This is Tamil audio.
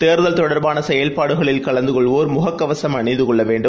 தேர்தல் தொடர்பானசெயல்பாடுகளில் கலந்துகொள்வோர் முககவசம் அணிந்துகொள்ளவேண்டும்